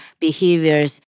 behaviors